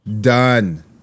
Done